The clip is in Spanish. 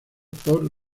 por